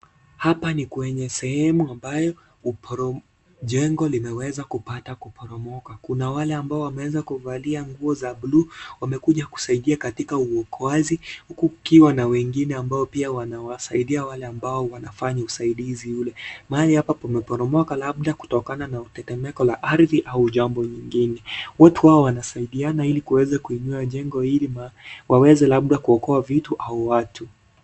Hapa ni kwenye sehemu ambayo, jengo limeweza kupata kuporomoka. Kuna wale ambao wameweza kuvalia nguo za bluu, wamekuja kusaidia katika uokoaji, huku kukiwa na wengine ambao pia wanawasidia wale ambao wanafanya usaidizi ule. Mahali hapa pameporomoka labda kutokana na tetemeko la ardhi au jambo lingine. Watu hawa wanasaidiana ili kuweza kuinua jengo hili, waweze labda kuokoa vitu au watu.